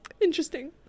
Interesting